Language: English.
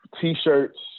t-shirts